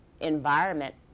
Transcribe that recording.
environment